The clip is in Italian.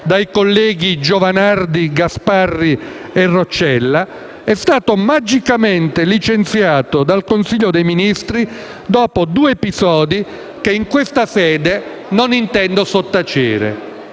dai colleghi Giovanardi, Gasparri e Roccella - è stato magicamente licenziato dal Consiglio dei ministri dopo due episodi che in questa sede non intendo sottacere.